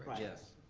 yes.